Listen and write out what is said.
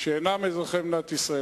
שאינם אזרחי מדינת ישראל.